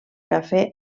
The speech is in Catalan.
cafè